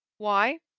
why?